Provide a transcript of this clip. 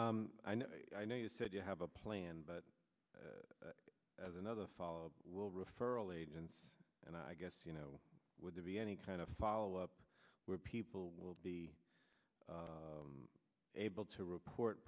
know i know you said you have a plan but as another fall will referral agents and i guess you know would there be any kind of follow up where people will be able to report